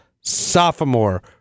Sophomore